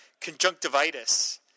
conjunctivitis